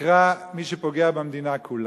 נקרא כמי שפוגע במדינה כולה.